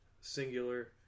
singular